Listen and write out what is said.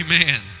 Amen